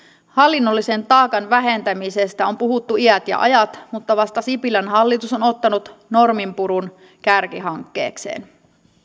hallinnollisen taakan vähentämisestä on puhuttu iät ja ajat mutta vasta sipilän hallitus on ottanut norminpurun kärkihankkeekseen